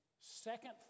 second